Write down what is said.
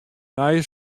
nije